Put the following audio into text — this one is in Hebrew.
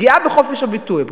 פגיעה בחופש הביטוי,